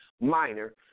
minor